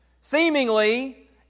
seemingly